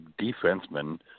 defensemen